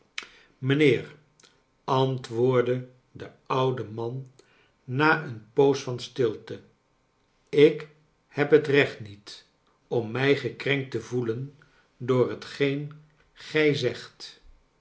mijnheer antwoordde de oude man na eene poos van stilte ik heb het recht niet om mij gekrenkt te voelen door hetgeen gij zegt